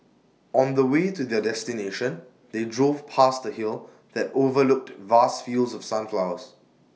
on the way to their destination they drove past A hill that overlooked vast fields of sunflowers